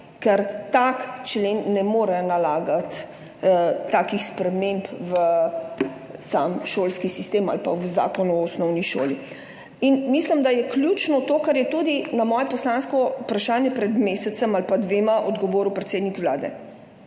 ker tak člen ne more nalagati takih sprememb v sam šolski sistem ali pa v Zakon o osnovni šoli. Mislim, da je ključno to, kar je na moje poslansko vprašanje pred mesecem ali dvema odgovoril predsednik Vlade: